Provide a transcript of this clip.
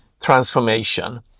transformation